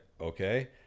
okay